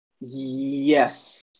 Yes